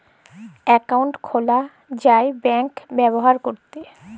account খুলা যায় bank ব্যাভার ক্যরতে